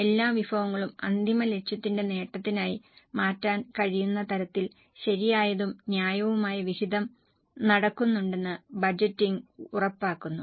എല്ലാ വിഭവങ്ങളും അന്തിമ ലക്ഷ്യത്തിന്റെ നേട്ടത്തിനായി മാറ്റാൻ കഴിയുന്ന തരത്തിൽ ശരിയായതും ന്യായവുമായ വിഹിതം നടക്കുന്നുണ്ടെന്ന് ബജറ്റിംഗ് ഉറപ്പാക്കുന്നു